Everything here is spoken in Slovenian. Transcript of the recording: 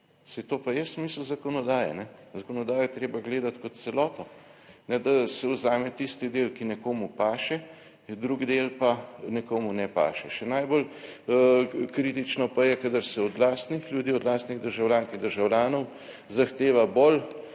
saj to pa je smisel zakonodaje, ne? Zakonodajo je treba gledati kot celoto, ne, da se vzame tisti del, ki nekomu paše, drug del pa nekomu ne paše. Še najbolj kritično pa je, kadar se od lastnih ljudi, od lastnih državljank in državljanov zahteva bolj